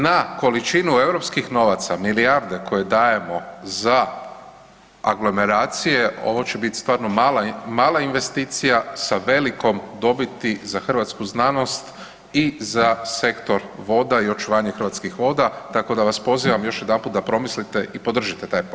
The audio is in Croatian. Na količinu europskih novaca, milijarde koje dajemo za aglomeracije, ovo će bit stvarno mala investicija sa velikom dobiti za hrvatsku znanost i za sektor voda i očuvanje Hrvatskih voda, tako da vas pozivam još jedanput da promislite i podržite taj projekt.